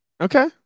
Okay